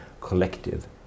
collective